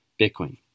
Bitcoin